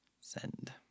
Send